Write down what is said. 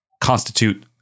constitute